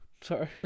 Sorry